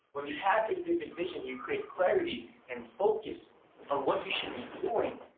when you have a vivid vision, you create clarity and focus of what you should be doing.